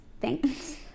Thanks